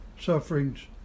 sufferings